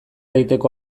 egiteko